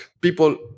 People